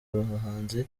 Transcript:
abahanzi